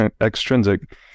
extrinsic